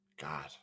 God